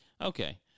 okay